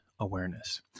awareness